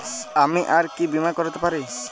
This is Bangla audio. আমি আর কি বীমা করাতে পারি?